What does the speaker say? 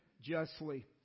justly